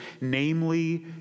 namely